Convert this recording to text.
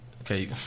Okay